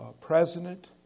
president